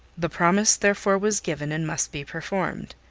the promise, therefore, was given, and must be performed.